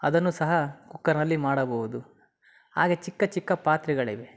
ಅದನ್ನು ಸಹ ಕುಕ್ಕರ್ನಲ್ಲಿ ಮಾಡಬಹುದು ಹಾಗೇ ಚಿಕ್ಕ ಚಿಕ್ಕ ಪಾತ್ರೆಗಳಿವೆ